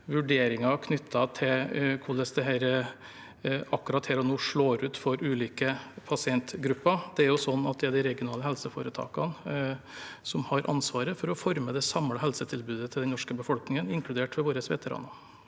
her og nå knyttet til hvordan dette slår ut for ulike pasientgrupper. Det er jo de regionale helseforetakene som har ansvaret for å forme det samlede helsetilbudet til den norske befolkningen, inkludert våre veteraner.